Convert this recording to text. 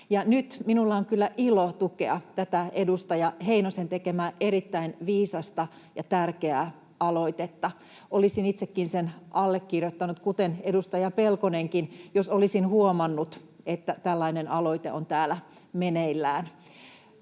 minulla on kyllä ilo tukea tätä edustaja Heinosen tekemää erittäin viisasta ja tärkeää aloitetta. Olisin itsekin sen allekirjoittanut, kuten edustaja Pelkonenkin, jos olisin huomannut, että tällainen aloite on täällä meneillään.